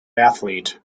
athlete